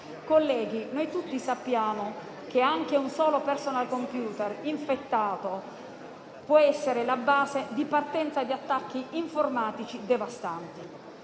Colleghi, noi tutti sappiamo che anche un solo *personal computer* infettato può essere la base di partenza di attacchi informatici devastanti.